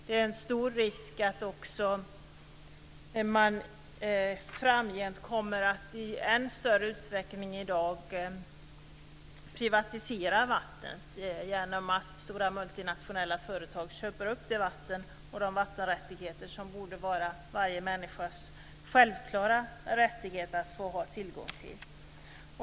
Det finns en stor risk att man framgent i ännu större utsträckning än i dag kommer att privatisera vatten genom att stora multinationella företag köper upp det vatten och de vattenrättigheter som det borde vara varje människas självklara rättighet att få ha tillgång till.